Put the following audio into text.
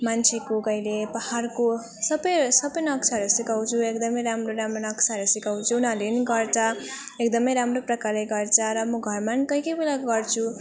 मान्छेको कहिले पहाडको सब सब नक्साहरू सिकाउँछु एकदम राम्रो राम्रो नक्साहरू सिकाउँछु उनीहरूले पनि गर्छ एकदम राम्रो प्रकारले गर्छ र म घरमा कोही कोही बेला गर्छु